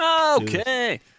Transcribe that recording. Okay